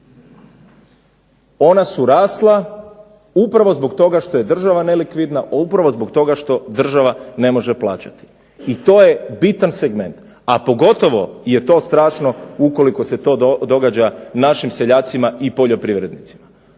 Ona su rasla upravo zbog toga što je država nelikvidna, upravo zbog toga što država ne može plaćati i to je bitan segment, a pogotovo je to strašno ukoliko se to događa našim seljacima i poljoprivrednicima.